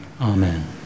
Amen